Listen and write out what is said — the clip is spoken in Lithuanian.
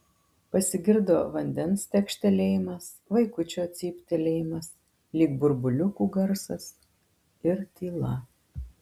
pasigirdo vandens tekštelėjimas vaikučio cyptelėjimas lyg burbuliukų garsas ir tyla